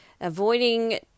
Avoiding